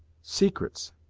secrets!